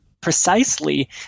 precisely